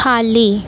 खाली